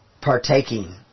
partaking